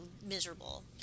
miserable